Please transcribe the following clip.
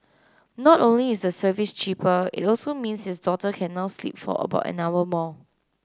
not only is the service cheaper it also means his daughter can now sleep for about an hour more